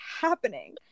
happening